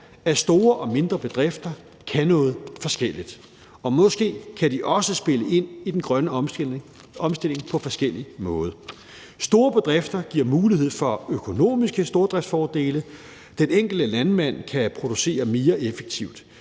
at store og mindre bedrifter kan noget forskelligt, og måske kan de også spille ind i den grønne omstilling på forskellig måde. Store bedrifter giver mulighed for økonomiske stordriftsfordele. Den enkelte landmand kan producere mere effektivt.